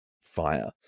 fire